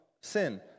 sin